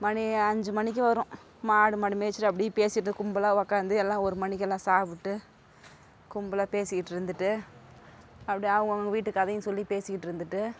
மணி அஞ்சு மணிக்கி வரும் மாடு மாடு மேய்ச்சிட்டு அப்படியே பேசிகிட்டு கும்பலாக உக்காந்து எல்லாம் ஒரு மணிக்கெல்லாம் சாப்பிட்டு கும்பலாக பேசிக்கிட்டிருந்துட்டு அப்படியே அவங்கவுங்க வீட்டு கதையும் சொல்லி பேசிக்கிட்டிருந்துட்டு